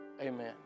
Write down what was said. Amen